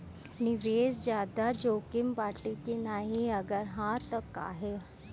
निवेस ज्यादा जोकिम बाटे कि नाहीं अगर हा तह काहे?